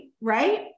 right